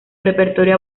repertorio